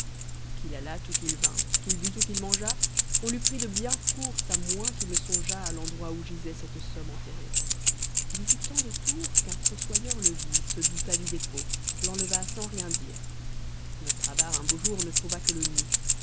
qu'il allât ou qu'il vînt qu'il but ou qu'il mangeât on l'eût pris de bien court à moins qu'il ne songeât à l'endroit où gisait cette somme enterrée il y fit tant de tours qu'un fossoyeur le vit se douta du dépôt l'enleva sans rien dire notre avare un beau jour ne trouva que le nid